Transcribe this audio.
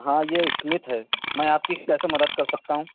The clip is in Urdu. ہاں یہ اسمتھ ہے میں آپ کی کیسے مدد کر سکتا ہوں